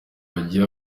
wagiye